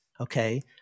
Okay